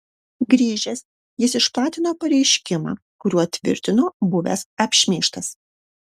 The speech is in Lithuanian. grįžęs jis išplatino pareiškimą kuriuo tvirtino buvęs apšmeižtas